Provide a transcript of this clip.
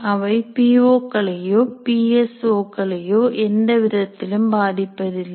அவை P O களையோ P S O களையோ எந்தவிதத்திலும் பாதிப்பதில்லை